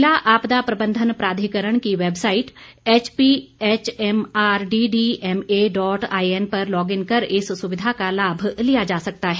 ज़िला आपदा प्रबंधन प्राधिकरण की website HPHMR DDMA dot IN पर लॉगइन कर इस सुविधा का लाभ लिया जा सकता है